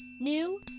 New